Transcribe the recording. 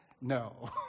no